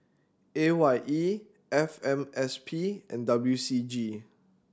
A Y E F M S P and W C G